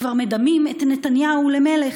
כבר מדמים את נתניהו למלך.